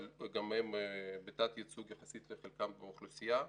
אבל גם הן בתת-ייצוג יחסית לחלקן באוכלוסייה.